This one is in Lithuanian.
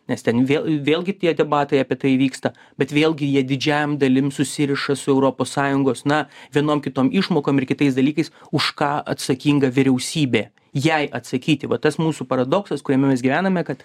nes ten vė vėlgi tie debatai apie tai vyksta bet vėlgi jie didžiajam dalim susiriša su europos sąjungos na vienom kitom išmokom ir kitais dalykais už ką atsakinga vyriausybė jai atsakyti va tas mūsų paradoksas kuriame mes gyvename kad